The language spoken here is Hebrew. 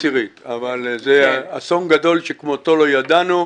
גם עשירית אבל זה אסון גדול שכמותו לא ידענו.